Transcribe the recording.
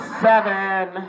seven